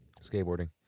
skateboarding